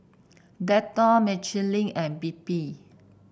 Dettol Michelin and Bebe